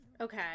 Okay